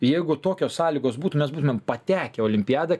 jeigu tokios sąlygos būtų mes būtumėm patekę į olimpiadą